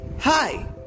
Hi